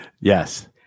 Yes